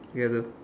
together